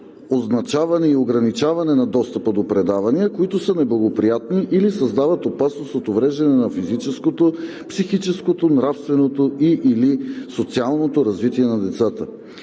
означаване и ограничаване на достъпа до предавания, които са неблагоприятни или създават опасност от увреждане на физическото, психическото, нравственото и/или социалното развитие на децата.